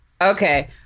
Okay